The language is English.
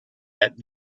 out